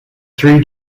three